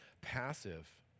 passive